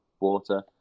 water